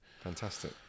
Fantastic